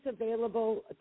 available